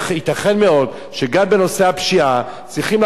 ייתכן מאוד שגם בנושא הפשיעה צריכים,